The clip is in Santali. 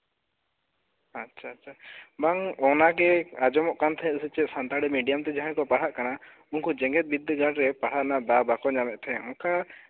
ᱟᱪᱪᱷᱟ ᱟᱪᱪᱷᱟ ᱵᱟᱝ ᱟᱸᱡᱚᱢᱚᱜ ᱠᱟᱱ ᱛᱟᱦᱮᱸᱜ ᱥᱟᱱᱛᱟᱲᱤ ᱢᱤᱰᱤᱭᱟᱢᱛᱮ ᱡᱟᱦᱟᱸᱭ ᱠᱚ ᱯᱟᱲᱦᱟᱜ ᱠᱟᱱᱟ ᱩᱱᱠᱩ ᱡᱮᱜᱮᱛ ᱵᱤᱫᱽᱫᱟᱹᱜᱟᱲᱨᱮ ᱯᱟᱲᱦᱟᱣ ᱨᱮᱱᱟᱜ ᱫᱟᱶ ᱵᱟᱠᱚ ᱧᱟᱢᱮᱜᱛᱮ ᱚᱱᱠᱟ